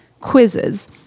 quizzes